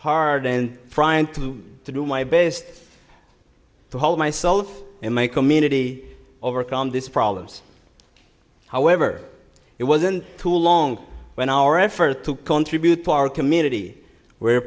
hard and trying to do my best to hold myself in my community overcome this problems however it wasn't too long when our effort to contribute to our community where